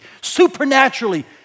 supernaturally